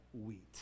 wheat